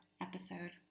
episode